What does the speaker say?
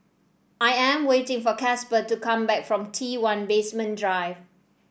I am waiting for Casper to come back from T one Basement Drive